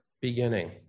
beginning